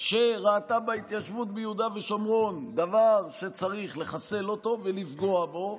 שראתה בהתיישבות ביהודה ושומרון דבר שצריך לחסל אותו ולפגוע בו,